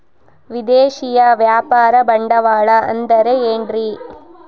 ವಿದೇಶಿಯ ವ್ಯಾಪಾರ ಬಂಡವಾಳ ಅಂದರೆ ಏನ್ರಿ?